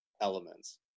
elements